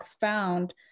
found